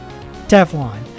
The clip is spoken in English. Teflon